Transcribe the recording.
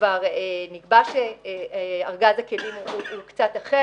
כבר נקבע שארגז הכלים הוא קצת אחר